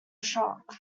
shock